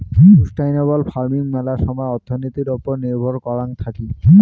sustainable farming মেলা সময় অর্থনীতির ওপর নির্ভর করাং থাকি